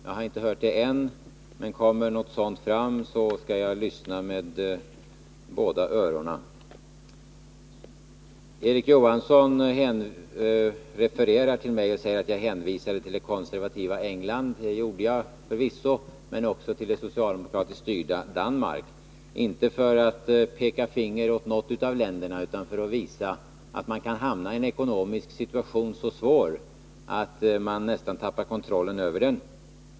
Jag har ännu inte hört att så skulle vara fa!let, men om något sådant kommer fram, skall jag lyssna med båda öronen. Erik Johansson refererar till att jag pekade på det konservativt styrda England. Det gjorde jag förvisso, men jag hänvisade också till det socialdemokratiskt styrda Danmark. Det var inte min avsikt att peka finger åt något av dessa länder, utan att visa att man kan hamna i en så svår ekonomisk situation att man kanske förlorar kontrollen över den.